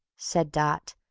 said dot.